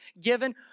given